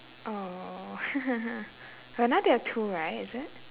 oh but now there're two right is it